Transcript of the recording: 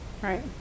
Right